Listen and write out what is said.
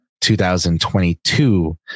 2022